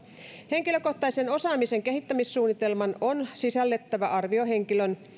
henkilökohtaisen osaamisen kehittämissuunnitelman on sisällettävä arvio henkilön